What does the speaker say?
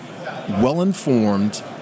well-informed